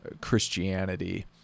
Christianity